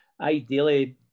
ideally